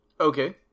Okay